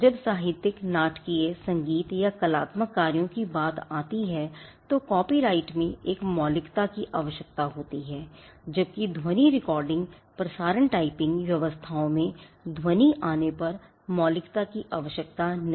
जब साहित्यिक नाटकीय संगीत या कलात्मक कार्यों की बात आती है तो कॉपीराइट में मौलिकता एक आवश्यकता है जबकि ध्वनि रिकॉर्डिंग व्यवस्थाओं में ध्वनि आने पर मौलिकता की आवश्यकता नहीं है